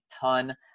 ton